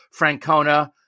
Francona